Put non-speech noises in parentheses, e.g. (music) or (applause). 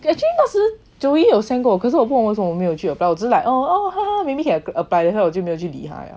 actually 那时 joey 有 send 过我可是我不懂为什么我没有去我只是 like oh oh (laughs) maybe can apply then 我就没有去理他 liao